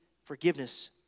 Forgiveness